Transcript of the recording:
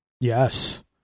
Yes